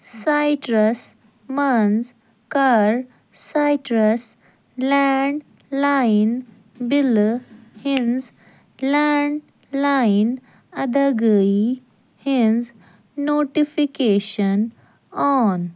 citrus منٛز کَر citrus لینٛڈ لایِن بِلہٕ ہنٛز لینٛڈ لایِن اداگٲیی ہنٛز نوٹِفِکیشن آن